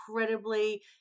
incredibly